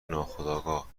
ناخودآگاه